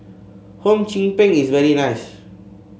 Hum Chim Peng is very nice